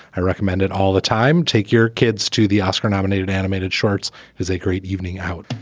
i recommend it all the time. take your kids to the oscar nominated animated shorts. has a great evening out.